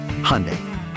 Hyundai